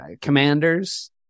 commanders